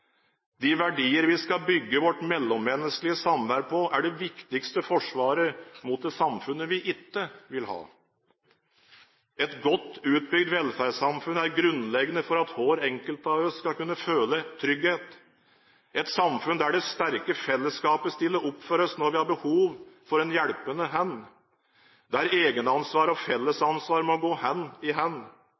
De verdier vi skal bygge vårt mellommenneskelige samvær på, er det viktigste forsvaret mot det samfunnet vi ikke vil ha. Et godt utbygd velferdssamfunn er grunnleggende for at hver enkelt av oss skal kunne føle trygghet – et samfunn der det sterke fellesskapet stiller opp for oss når vi har behov for en hjelpende hånd, og der egenansvar og fellesansvar må gå hånd i